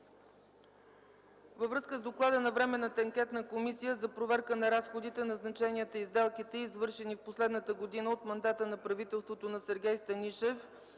Във връзка с доклада на Временната анкетна комисия за проверка на разходите, назначенията и сделките, извършени в последната година от мандата на правителството на Сергей Станишев,